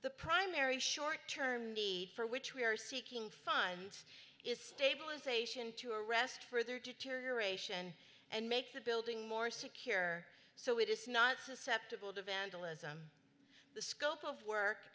the primary short term need for which we are seeking finds is stabilization to arrest further deterioration and make the building more secure so it is not susceptible to vandalism the scope of work